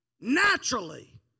Naturally